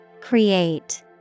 Create